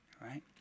Right